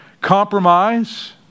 compromise